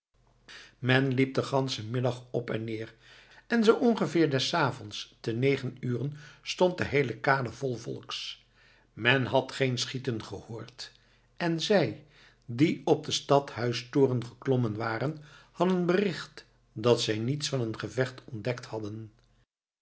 men liep den ganschen middag op en neer en zoo ongeveer des avonds te negen uren stond de heele kade vol volks men had geen schieten gehoord en zij die op den stadhuistoren geklommen waren hadden bericht dat zij niets van een gevecht ontdekt hadden